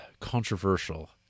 controversial